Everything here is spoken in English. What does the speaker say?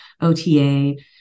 ota